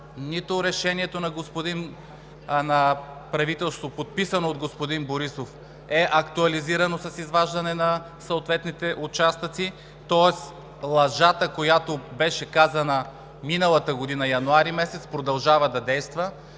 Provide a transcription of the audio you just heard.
...нито решението на правителството, подписано от господин Борисов, е актуализирано с изваждане на съответните участъци. Тоест лъжата, която беше казана през миналата година и януари месец, продължава да действа.